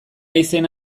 izena